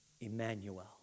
Emmanuel